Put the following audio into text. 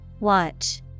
Watch